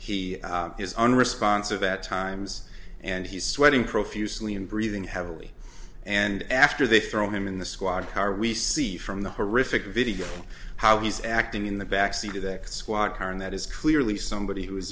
he is unresponsive at times and he's sweating profusely and breathing heavily and after they throw him i'm in the squad car we see from the horrific video how he's acting in the backseat of a squad car and that is clearly somebody who